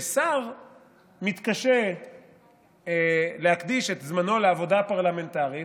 ששר מתקשה להקדיש את זמנו לעבודה הפרלמנטרית,